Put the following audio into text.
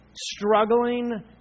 Struggling